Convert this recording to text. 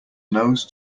nose